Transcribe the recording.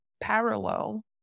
parallel